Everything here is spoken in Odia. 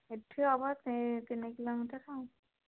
ଏଠୁ ଆମର ତିନି କିଲୋମିଟର ଆଉ